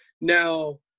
Now